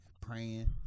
praying